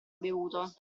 bevuto